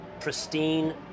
pristine